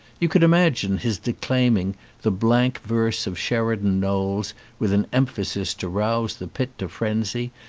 you can imagine his declaiming the blank verse of sheridan knowles with an emphasis to rouse the pit to frenzy,